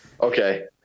Okay